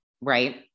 right